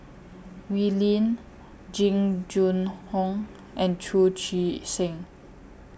Wee Lin Jing Jun Hong and Chu Chee Seng